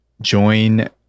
join